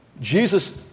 Jesus